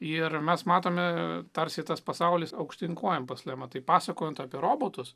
ir mes matome tarsi tas pasaulis aukštyn kojom pas lemą tai pasakojant apie robotus